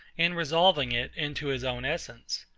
and resolving it into his own essence.